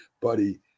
buddy